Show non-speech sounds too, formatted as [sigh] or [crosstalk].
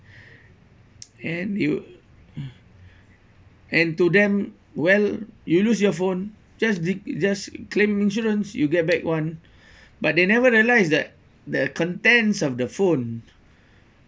[breath] and you [breath] and to them well you lose your phone just dec~ just claim insurance you'll get back one [breath] but they never realised that the contents of the phone